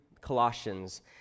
Colossians